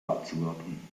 abzuwarten